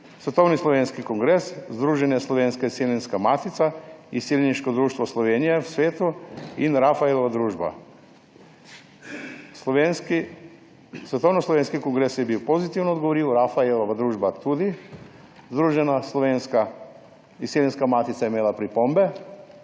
Svetovni slovenski kongres, Združenje Slovenska izseljenska matica, Izseljensko društvo Slovenija v svetu in Rafaelova družba. Svetovni slovenski kongres je pozitivno odgovoril, Rafaelova družba tudi, Združena Slovenska izseljenska matica je imela pripombe,